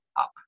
up